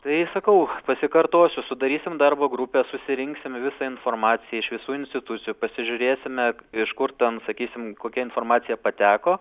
tai sakau pasikartosiu sudarysim darbo grupę susirinksim visą informaciją iš visų institucijų pasižiūrėsime iš kur ten sakysim kokia informacija pateko